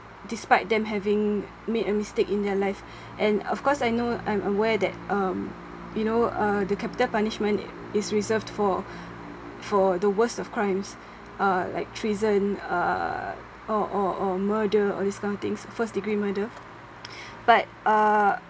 despite them having made a mistake in their life and of course I know I'm aware that um you know uh the capital punishment is reserved for for the worst of crimes uh like treason uh or or or murder all these kind of things first degree murder but uh